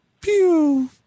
pew